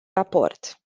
raport